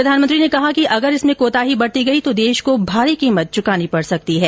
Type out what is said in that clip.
प्रधानमंत्री ने कहा कि अगर इसमें कोताही बरती गई तो देश को भारी कीमत चुकानी पड़ सकती है